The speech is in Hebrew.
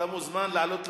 אתה מוזמן לעלות לדוכן.